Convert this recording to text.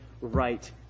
right